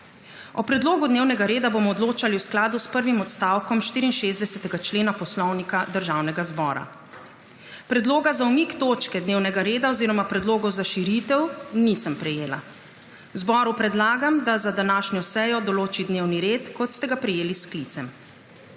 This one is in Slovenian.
O predlogu dnevnega reda bomo odločali v skladu s prvim odstavkom 64. člena Poslovnika Državnega zbora. Predloga za umik točke dnevnega reda oziroma predlogov za širitev nisem prejela. Zboru predlagam, da za današnjo sejo določi dnevni red, kot ste ga prejeli s sklicem.